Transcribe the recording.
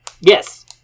yes